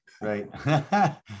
Right